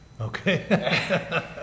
Okay